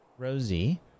Rosie